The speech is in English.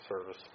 service